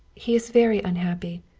he is very unhappy,